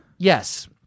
Yes